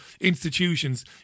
institutions